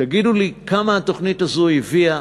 תגידו לי כמה התוכנית הזאת הביאה,